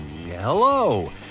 Hello